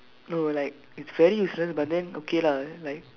no like it's very useless but then okay lah like